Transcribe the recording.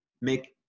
make